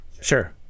Sure